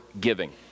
giving